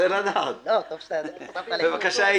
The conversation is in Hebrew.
אני